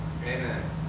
Amen